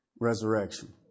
resurrection